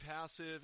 passive